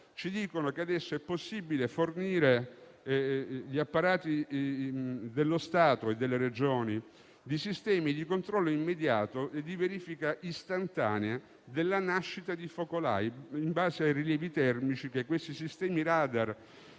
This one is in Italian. dolosa. Adesso è possibile fornire gli apparati dello Stato e delle Regioni di sistemi di controllo immediato e di verifica istantanea della nascita di focolai in base ai rilievi termici dei sistemi *radar,*